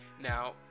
Now